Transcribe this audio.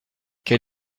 quel